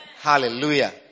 Hallelujah